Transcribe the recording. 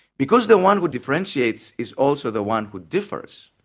because the one who differentiates is also the one who differs,